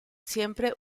siempre